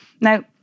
Now